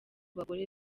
bagore